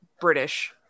British